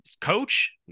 coach